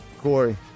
Corey